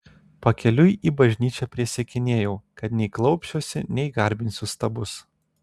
pakeliui į bažnyčią prisiekinėjau kad nei klaupsiuosi nei garbinsiu stabus